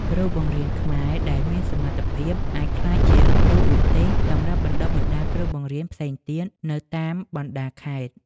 គ្រូបង្រៀនខ្មែរដែលមានសមត្ថភាពអាចក្លាយជាគ្រូឧទ្ទេសសម្រាប់បណ្តុះបណ្តាលគ្រូបង្រៀនផ្សេងទៀតនៅតាមបណ្តាខេត្ត។